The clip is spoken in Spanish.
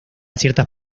ciertas